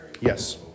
yes